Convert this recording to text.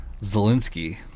Zelensky